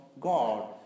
God